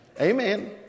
Amen